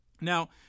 Now